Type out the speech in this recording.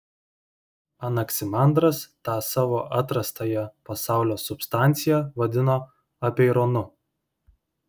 anaksimandras tą savo atrastąją pasaulio substanciją vadino apeironu